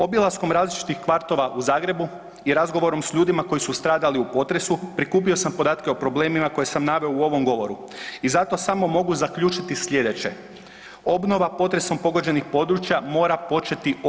Obilaskom različitih kvartova u Zagrebu i razgovorom s ljudima koji su stradali u potresu prikupio sam podatke o problemima koje sam naveo u ovom govoru i zato samo mogu zaključiti sljedeće, obnova potresom pogođenih područja mora početi odmah.